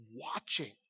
watching